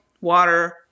water